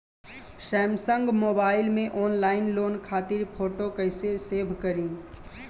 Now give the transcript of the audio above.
Samsung mobile में online loan खातिर photo कैसे सेभ करीं?